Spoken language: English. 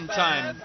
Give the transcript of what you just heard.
time